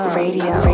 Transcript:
radio